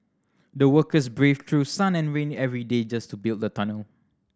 the workers braved through sun and rain every day just to build the tunnel